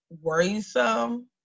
worrisome